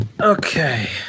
Okay